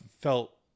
felt